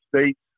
states